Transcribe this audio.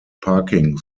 parking